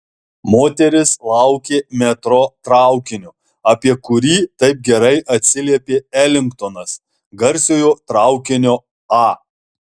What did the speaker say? moteris laukė metro traukinio apie kurį taip gerai atsiliepė elingtonas garsiojo traukinio a